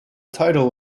title